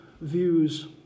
views